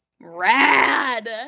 rad